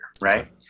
right